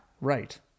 Right